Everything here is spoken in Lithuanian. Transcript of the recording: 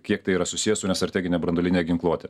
kiek tai yra susiję su nestrategine branduoline ginkluote